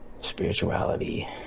Spirituality